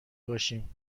باشیم